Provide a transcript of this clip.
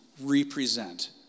represent